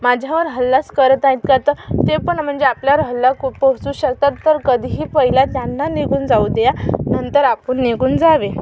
माझ्यावर हल्लाच करत आहेत का तर ते पण म्हणजे आपल्यावर हल्ला खू पोहोचू शकता तर कधीही पहिला त्यांना निघून जाऊ द्या नंतर आपण निघून जावे